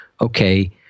okay